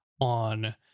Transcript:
on